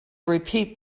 repeat